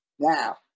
Now